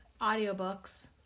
audiobooks